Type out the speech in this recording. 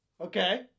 okay